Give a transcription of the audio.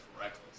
reckless